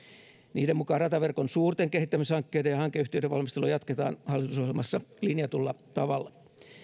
niiden mukaan rataverkon suurten kehittämishankkeiden ja hankeyhtiöiden valmistelua jatketaan hallitusohjelmassa linjatulla tavalla